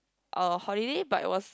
a holiday but it was